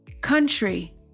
country